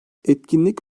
etkinlik